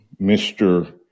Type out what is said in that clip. Mr